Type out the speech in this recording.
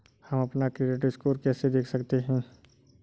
हम अपना credit score कैसे देख सकते हैं?